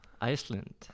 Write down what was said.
Iceland